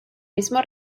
mismo